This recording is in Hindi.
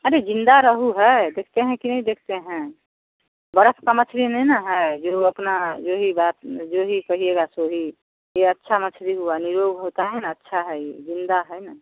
अरे जिंदा रोहू है देखते हैं कि नहीं देखते हैं बर्फ का मछली नहीं न है जो उ अपना जो भी बात जो भी कहिएगा सो ही ये अच्छा मछली हुआ नीरोग होता है न अच्छा है ई ज़िंदा है न